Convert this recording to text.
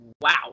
Wow